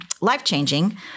life-changing